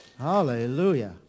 hallelujah